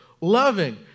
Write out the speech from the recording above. Loving